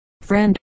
friend